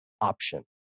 option